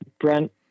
Brent